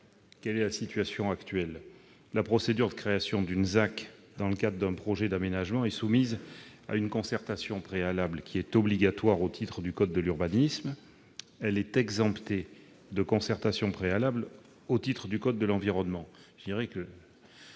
Quelle est la situation actuelle ? La procédure de création d'une ZAC dans le cadre d'un projet d'aménagement est soumise à une concertation préalable obligatoire au titre du code de l'urbanisme. Elle est exemptée de concertation préalable au titre du code de l'environnement.